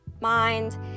mind